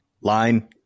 Line